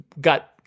got